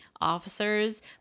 officers